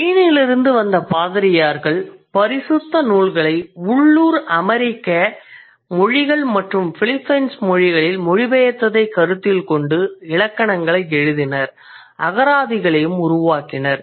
ஸ்பெயினிலிருந்து வந்த பாதிரியார்கள் பரிசுத்த நூல்களை உள்ளூர் அமெரிக்க மொழிகள் மற்றும் பிலிப்பைன்ஸ் மொழிகளில் மொழிபெயர்த்ததைக் கருத்தில் கொண்டு இலக்கணங்களை எழுதினர் அகராதிகளையும் உருவாக்கினர்